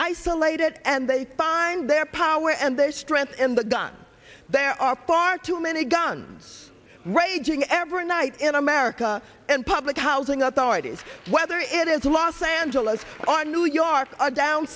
isolated and they find their power and their strength in the gun there are far too many guns raging every night in america and public housing authorities whether it is los angeles or new york are down